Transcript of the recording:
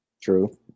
True